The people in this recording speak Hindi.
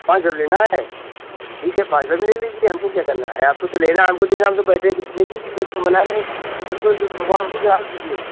पायजे़ब लेना है ठीक है पायजे़ब ले लीजिए हमको क्या करना है आपको तो लेना है हमको देना हम तो बैठे हैं बेचने के लिए जब तो मना रहे हैं अरे कोई भगवान हमको ग्राहक दीजिए